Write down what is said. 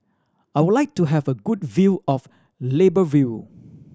I would like to have a good view of Libreville